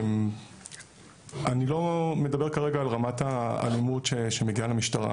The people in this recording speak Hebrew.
אני לא מדבר כרגע על אלימות שמגיעה למשטרה,